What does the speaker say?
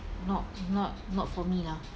not not not for me lah